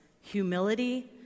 humility